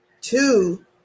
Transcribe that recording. two